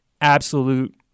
absolute